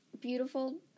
beautiful